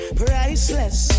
priceless